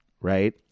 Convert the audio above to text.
right